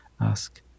ask